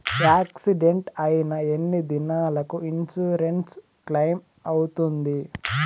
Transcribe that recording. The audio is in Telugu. యాక్సిడెంట్ అయిన ఎన్ని దినాలకు ఇన్సూరెన్సు క్లెయిమ్ అవుతుంది?